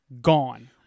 gone